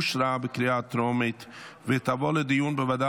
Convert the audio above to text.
אושרה בקריאה טרומית ותעבור לדיון בוועדה